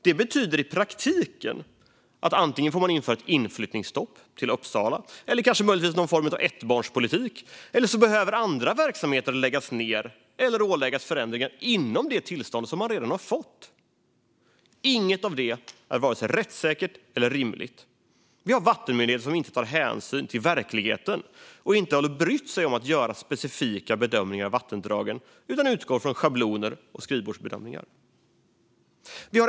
Det betyder i praktiken att man antingen får införa ett stopp för inflyttning till Uppsala eller kanske möjligtvis någon form av ettbarnspolitik, alternativt behöver andra verksamheter läggas ned eller åläggas förändringar inom det tillstånd som man redan har fått. Inget av detta är vare sig rättssäkert eller rimligt. Vi har vattenmyndigheter som inte tar hänsyn till verkligheten och inte bryr sig om att göra specifika bedömningar av vattendragen, utan de utgår från schabloner och skrivbordsbedömningar.